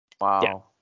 wow